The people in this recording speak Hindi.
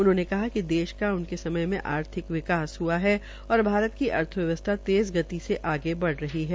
उन्होंने कहा कि देश का उनके समय में आर्थिक विकास हआ है और भारत की अर्थव्यवस्था तेज़ गति से आगे बढ़ रही है